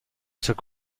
took